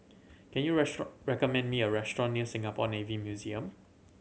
can you recommend me a restaurant near Singapore Navy Museum